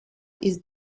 ist